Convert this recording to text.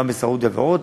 גם בסעודיה ועוד,